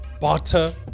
butter